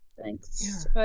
Thanks